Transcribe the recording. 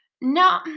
no